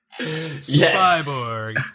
Spyborg